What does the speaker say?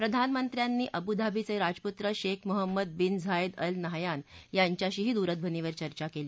प्रधानमंत्र्यांनी अब्धाबीच जिजपुत्र शख Mohammed bin Zayed Al Nahyan यांच्याशीही दूरध्वनीवर चर्चा कली